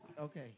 okay